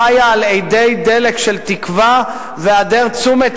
חיה על אדי דלק של תקווה והיעדר תשומת